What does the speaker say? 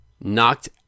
Knocked